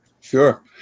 Sure